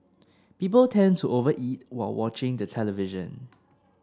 people tend to over eat while watching the television